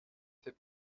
fait